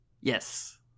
Yes